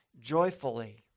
joyfully